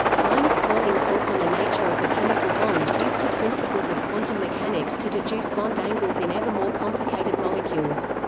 linus pauling's book on the nature of the chemical bond used the principles of quantum mechanics to deduce bond angles in ever-more complicated molecules.